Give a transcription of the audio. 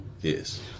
Yes